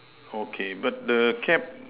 okay but the cap